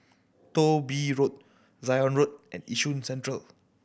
Thong Bee Road Zion Road and Yishun Central